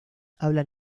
hablan